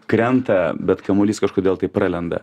krenta bet kamuolys kažkodėl tai pralenda